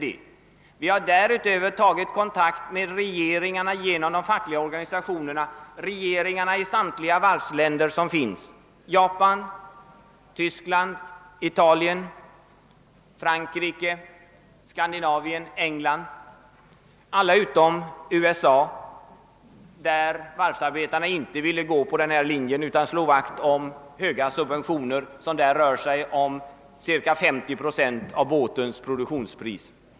Dessutom har vi genom de fackliga organisationerna satt oss i förbindelse med regeringarna i samtliga varvsländer — Japan, Tyskland, Italien, Frankrike, de skandinaviska länderna och England -— alla utom USA där varvsarbetarna inte ville gå med utan önskade slå vakt om "höga subventioner; de uppgår där till cirka 50 procent av båtens produktionspris.